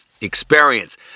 experience